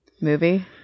movie